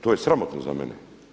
To je sramotno za mene.